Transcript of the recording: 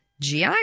GI